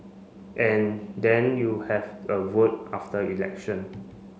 and then you have a vote after election